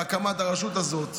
בהקמת הרשות הזאת.